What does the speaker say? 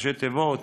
ראשי התיבות